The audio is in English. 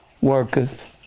worketh